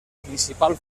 principal